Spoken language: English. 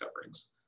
coverings